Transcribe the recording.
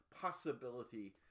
possibility